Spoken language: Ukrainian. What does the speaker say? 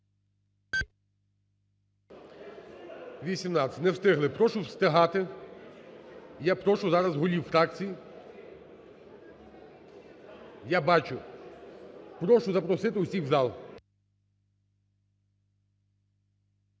Не встигли. Прошу встигати, прошу зараз голів фракцій… Я бачу. Прошу запросити усіх в зал.